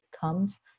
comes